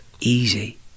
Easy